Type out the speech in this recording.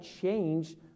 change